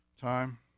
time